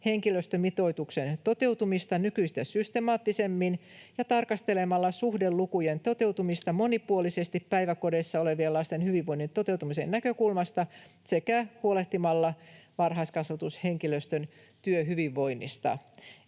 henkilöstömitoituksen toteutumista nykyistä systemaattisemmin ja tarkastelemalla suhdelukujen toteutumista monipuolisesti päiväkodeissa olevien lasten hyvinvoinnin toteutumisen näkökulmasta sekä huolehtimalla varhaiskasvatushenkilöstön työhyvinvoinnista.